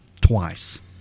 Twice